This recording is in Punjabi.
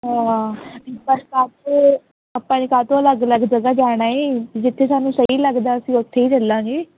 ਆਪਾਂ ਨੇ ਕਾਹਤੋਂ ਅਲੱਗ ਅਲੱਗ ਜਗ੍ਹਾ ਜਾਣਾ ਹੈ ਜਿੱਥੇ ਸਾਨੂੰ ਸਹੀ ਲੱਗਦਾ ਅਸੀਂ ਉੱਥੇ ਹੀ ਚੱਲਾਂਗੇ